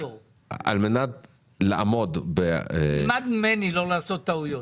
תלמד ממני לא לעשות טעויות.